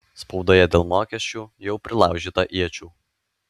spaudoje dėl mokesčių jau prilaužyta iečių